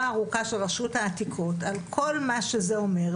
הארוכה של רשות העתיקות על כל מה שזה אומר,